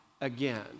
again